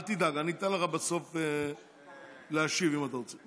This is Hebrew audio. אל תדאג, אני אתן לך בסוף להשיב אם אתה רוצה.